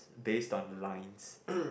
based on mine's